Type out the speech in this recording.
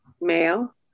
male